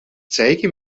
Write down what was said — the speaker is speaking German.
zeige